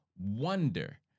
wonder